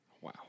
Wow